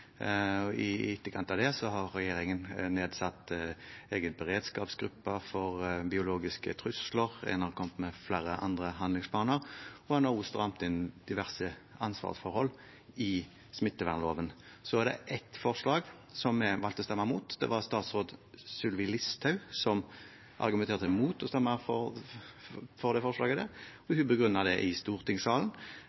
I etterkant av det har regjeringen nedsatt egne beredskapsgrupper for biologiske trusler – man har nå kommet med flere handlingsplaner. Man har også strammet inn diverse ansvarsforhold i smittevernloven. Så var det ett forslag vi valgte å stemme imot. Det var daværende statsråd Sylvi Listhaug som argumenterte mot å stemme for det forslaget. Hun begrunnet det